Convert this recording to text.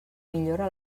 millora